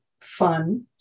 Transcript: fun